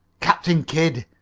captain kidd,